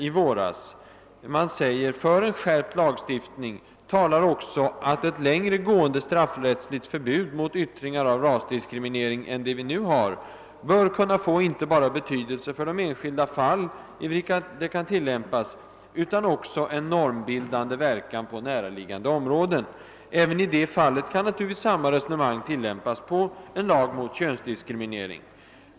I utlåtandet heter det: >För en skärpt lagstiftning talar också att ett längre gående straffrättsligt förbud mot yttringar av rasdiskriminering än det vi nu har bör kunna få inte bara betydelse för de enskilda fall, i vilka det kan tillämpas, utan också en normbildande verkan på näraliggande områden.» Även i det fallet kan samma resonemang tillämpas på en lag mot könsdiskriminering.